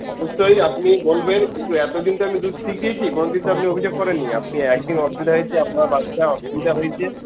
অবশ্যই আপনি বলবেন কিন্তু এতদিন তো আমি দুধ ঠিক দিয়েছি কোনো দিন তো আপনি অভিযোগ করেননি আপনি একদিন অসুবিধা হয়েছে আপনার বাচ্চার অসুবিধা হয়েছে